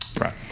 Right